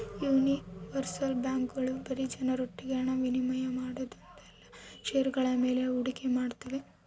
universal ಬ್ಯಾಂಕ್ಗಳು ಬರೀ ಜನರೊಟ್ಟಿಗೆ ಹಣ ವಿನಿಮಯ ಮಾಡೋದೊಂದೇಲ್ದೆ ಷೇರುಗಳ ಮೇಲೆ ಹೂಡಿಕೆ ಮಾಡ್ತಾವೆ